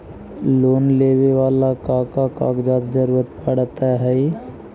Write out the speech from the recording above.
Loan लेवेला का का कागजात जरूरत पड़ हइ?